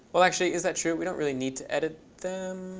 well, actually, is that true? we don't really need to edit them.